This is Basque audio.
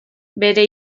bere